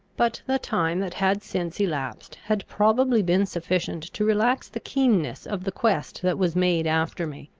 but the time that had since elapsed, had probably been sufficient to relax the keenness of the quest that was made after me.